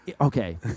Okay